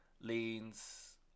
leans